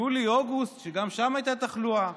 יולי-אוגוסט, גם אז הייתה תחלואה.